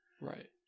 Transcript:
Right